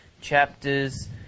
chapters